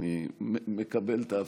אני מקבל את האבחנה.